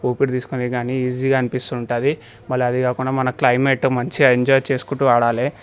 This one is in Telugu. ఊపిరి తీసుకోనీకి కానీ ఈజీగా అనిపిస్తుంటుంది మళ్ళీ అది కాకుండా మన క్లైమేట్ మంచిగా ఎంజాయ్ చేసుకుంటూ ఆడాలి